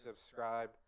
subscribe